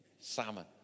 Salmon